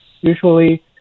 usually